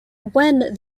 when